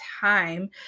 time